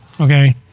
okay